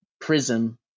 prism